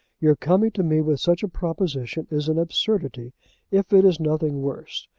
your coming to me with such a proposition is an absurdity if it is nothing worse.